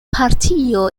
partio